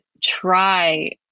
try